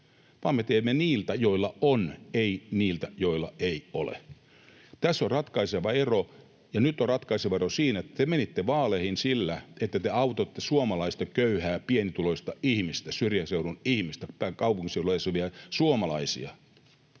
vaan me teemme niille, joilla on — ei niille, joilla ei ole. Tässä on ratkaiseva ero, ja nyt on ratkaiseva ero siinä, että te menitte vaaleihin sillä, että te autatte suomalaista köyhää, pienituloista ihmistä, syrjäseudun ihmistä, pääkaupunkiseudulla asuvia suomalaisia.